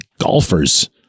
golfers